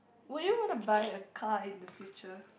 would you wanna buy a car in the future